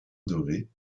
doré